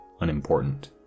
unimportant